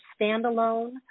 standalone